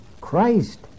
Christ